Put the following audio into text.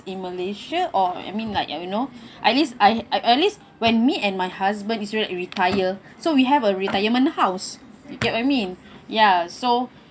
in malaysia or I mean like you know at least I I at least when me and my husband is really retire so we have a retirement house you get what I mean ya so